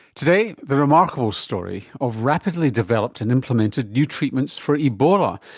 today, the remarkable story of rapidly developed and implemented new treatments for ebola,